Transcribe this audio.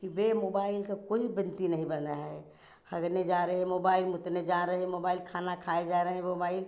कि बे मोबाइल का कोई बिनती नहीं बन रहा है हगने जा रहे हैं मोबाइल मुतने जा रहें मोबाइल खाना खाए जा रहें मोबाइल